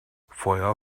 feuer